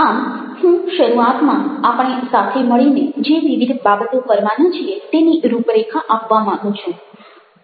આમ હું શરૂઆતમાં આપણે સાથે મળીને જે વિવિધ બાબતો કરવાના છીએ તેની રૂપરેખા આપવા માગું છું